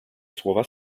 słowa